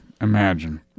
imagine